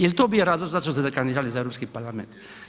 Jel' to bio razlog zašto ste se kandidirali za Europski parlament?